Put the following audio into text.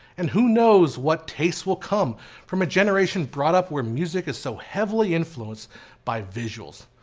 and who knows what tastes will come from a generation brought up where music is so heavily influenced by visuals